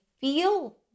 feel